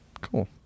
cool